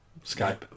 Skype